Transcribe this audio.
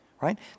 right